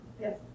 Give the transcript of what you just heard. Yes